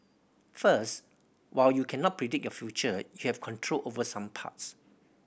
first while you cannot predict your future you have control over some parts